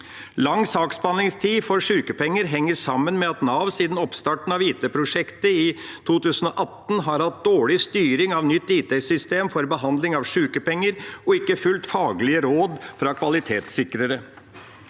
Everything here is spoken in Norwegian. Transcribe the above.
Lang saksbehandlingstid for sykepenger henger sammen med at Nav siden oppstarten av IT-prosjektet i 2018 har hatt dårlig styring av nytt IT-system for behandling av sykepenger og ikke har fulgt faglige råd fra kvalitetssikrere.